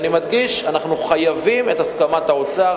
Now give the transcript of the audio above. אני מדגיש שאנחנו חייבים לקבל את הסכמת האוצר,